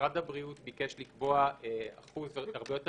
משרד הבריאות ביקש לקבוע אחוז הרבה יותר